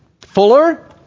Fuller